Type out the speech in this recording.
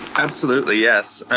absolutely. yes.